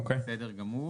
אוקיי, בסדר גמור.